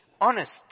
honest